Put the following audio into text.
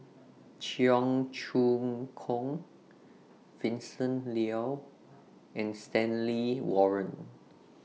Cheong Choong Kong Vincent Leow and Stanley Warren